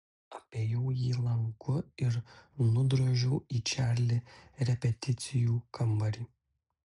apėjau jį lanku ir nudrožiau į čarli repeticijų kambarį